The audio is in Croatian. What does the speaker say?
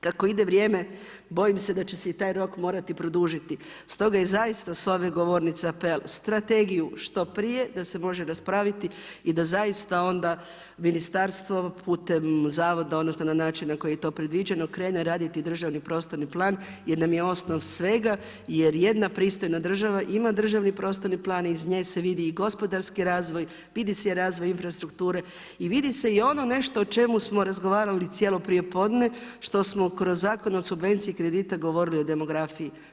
Kako ide vrijeme, bojim se da će se i taj rok morati produžiti, stoga i zaista s ove govornice apel, strategiju što prije, da se može raspraviti i da zaista onda ministarstvo putem zavoda odnosno na način na koji je to predviđeno krene raditi državni prostorni plan jer nam je osnov svega, jer jedna pristojna država ima državni prostorni plan, iz nje se vidi i gospodarski razvoj, vidi se i razvoj infrastrukture, i vidi se i ono nešto o čemu smo razgovarali cijelo prijepodne, što smo kroz Zakon o subvenciji kredita govorili o demografiji.